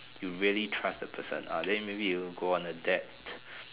you really trust the person ah then maybe you go on a debt